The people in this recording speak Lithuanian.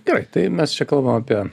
gerai tai mes čia kalbam apie